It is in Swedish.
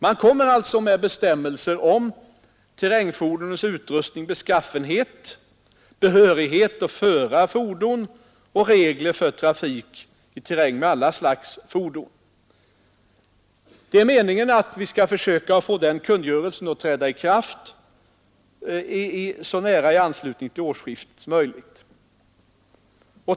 Man kommer alltså med bestämmelser om terrängfordonens utrustning och beskaffenhet, behörighet att föra fordon och regler för trafik i terräng med alla slags fordon. Det är meningen att vi skall försöka att få den kungörelsen att träda i kraft i så nära anslutning till årsskiftet som möjligt.